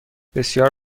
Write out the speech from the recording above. بسیار